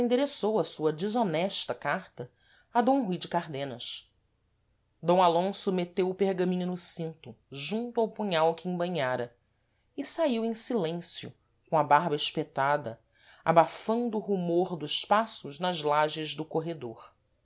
a sua desonesta carta a d rui de cardenas d alonso meteu o pergaminho no cinto junto ao punhal que embainhara e saíu em silêncio com a barba espetada abafando o rumor dos passos nas lages do corredor